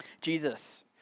Jesus